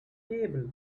table